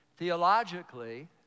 Theologically